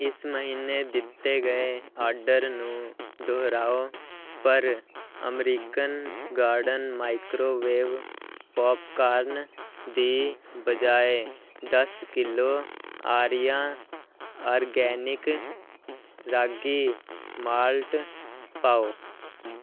ਇਸ ਮਹੀਨੇ ਦਿੱਤੇ ਗਏ ਆਡਰ ਨੂੰ ਦੁਹਰਾਓ ਪਰ ਅਮਰੀਕਨ ਗਾਰਡਨ ਮਾਈਕ੍ਰੋਵੇਵ ਪੌਪਕਾਰਨ ਦੀ ਬਜਾਏ ਦਸ kilo Arya organic ragi malt ਪਾਓ